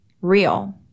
real